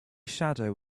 shadow